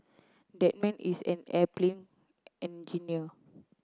that man is an airplane engineer